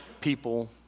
people